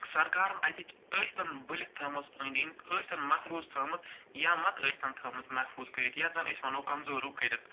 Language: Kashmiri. سرکارن اَتِچ ٲسۍتن ؤلِتھ تھٲومٕژ أنٛدۍ أنٛدۍ ٲسۍتن محفوٗظ تھٲومٕژ یا متہٕ ٲسۍتن تھٲمٕت محفوٗظ کٔرِتھ یَتھ زن أسۍ وَنو کنٛزٲرٕو کٔرِتھ